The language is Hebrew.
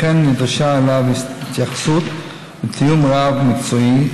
ולכן נדרשה אליו התייחסות ותיאום רב-מקצועי,